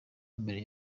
mbere